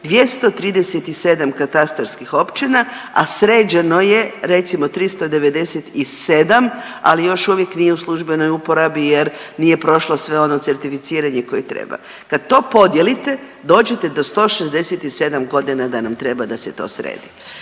237 katastarskih općina, a sređeno je recimo 397, ali još uvijek nije u službenoj uporabi jer nije prošlo sve ono certificiranje koje treba, kad to podijelite dođete do 167.g. da nam treba da se to sredi.